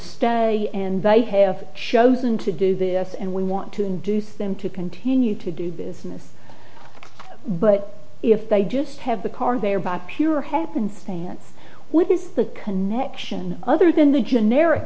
stay and they have chosen to do this and we want to induce them to continue to do business but if they just have the car there by pure happenstance what is the connection other than the generic